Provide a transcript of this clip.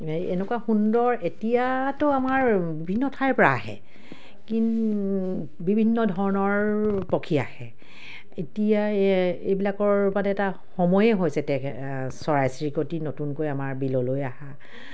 এই এনেকুৱা সুন্দৰ এতিয়াতো আমাৰ বিভিন্ন ঠাইৰপৰা আহে বিভিন্ন ধৰণৰ পক্ষী আহে এতিয়া এই এইবিলাকৰ মানে এটা সময়ে হৈছে তেখে চৰাই চিৰিকটি নতুনকৈ আমাৰ বিললৈ অহা